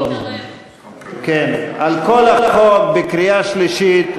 על כל החוק בקריאה שלישית,